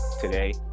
today